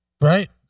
Right